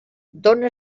dóna